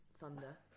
thunder